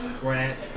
Grant